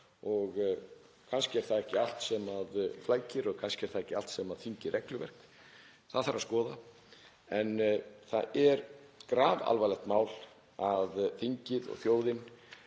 Kannski er það ekki allt sem flækir og kannski er það ekki allt sem þyngir regluverk. Það þarf að skoða. En það er grafalvarlegt mál að þingið og þjóðin